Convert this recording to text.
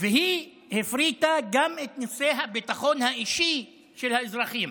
והיא הפריטה גם את נושא הביטחון האישי של האזרחים,